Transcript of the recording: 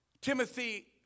Timothy